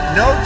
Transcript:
no